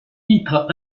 titre